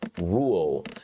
rule